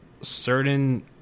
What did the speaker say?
certain